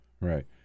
Right